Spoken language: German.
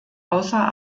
außer